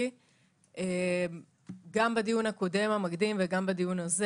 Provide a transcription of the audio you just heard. גם בדיון המקדים הקודם וגם בדיון הזה